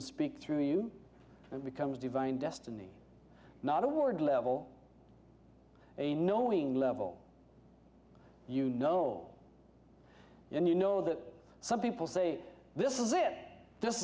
and speak through you and it becomes divine destiny not award level a knowing level you know and you know that some people say this is it